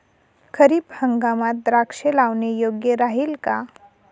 खरीप हंगामात द्राक्षे लावणे योग्य राहिल का?